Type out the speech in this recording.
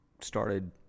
started